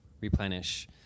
replenish